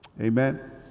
Amen